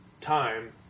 time